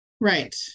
Right